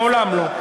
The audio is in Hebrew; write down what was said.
מעולם לא.